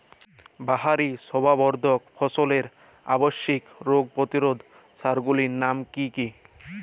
বাহারী শোভাবর্ধক ফসলের আবশ্যিক রোগ প্রতিরোধক সার গুলির নাম কি কি?